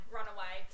Runaway